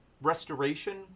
restoration